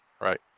Right